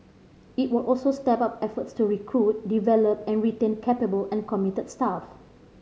it will also step up efforts to recruit develop and retain capable and committed staff